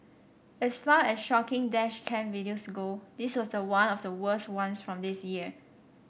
as far as shocking dash cam videos go this was one of the worst ones from this year